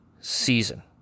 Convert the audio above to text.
season